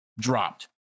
dropped